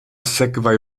sekvaj